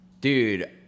dude